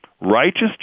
righteous